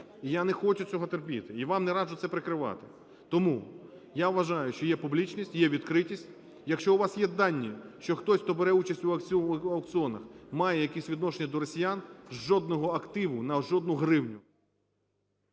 І я не хочу цього терпіти. І вам не раджу це прикривати. Тому я вважаю, що є публічність, є відкритість. Якщо у вас є дані, що хтось, хто бере участь у аукціонах, має якесь відношення до росіян – жодного активу на жодну гривню…